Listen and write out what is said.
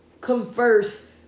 converse